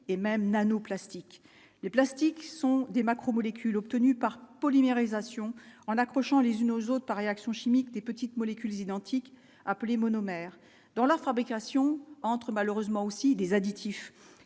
et même Nano plastique les plastiques sont des macro-molécule obtenue par polymérisation en accrochant les unes aux autres, par réaction chimique des petites molécules identiques appelé monomère dans leurs 3B création entre malheureusement aussi des additifs